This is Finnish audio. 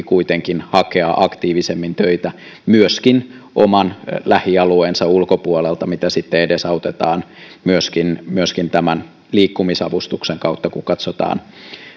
kuitenkin hakea aktiivisemmin töitä myöskin oman lähialueensa ulkopuolelta mitä sitten edesautetaan myöskin myöskin liikkumisavustuksen kautta kun katsotaan